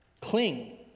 cling